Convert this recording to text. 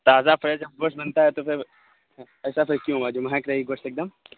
تازہ فریش جب گوشت بنتا ہے تو پھر ایسا پھر کیوں ہوا جب مہک رہی ہے گوشت ایک دم